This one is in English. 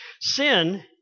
Sin